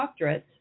doctorates